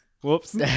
whoops